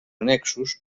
annexos